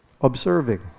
observing